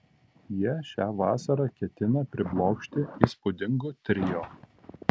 jie šią vasarą ketina priblokšti įspūdingu trio